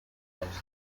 comes